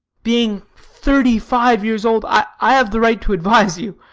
being thirty-five years old i have the right to advise you.